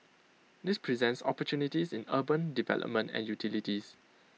this presents opportunities in urban development and utilities